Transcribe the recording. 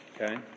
okay